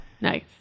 Nice